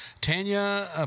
Tanya